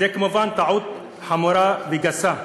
זאת כמובן טעות חמורה וגסה.